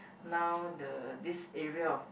now the this area of